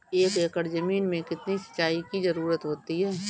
एक एकड़ ज़मीन में कितनी सिंचाई की ज़रुरत होती है?